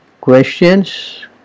questions